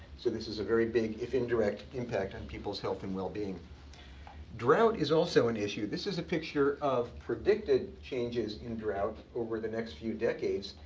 so this is a very big, if indirect, impact on people's health and well-being. drought is also an issue. this is a picture of predicted changes in droughts over the next few decades.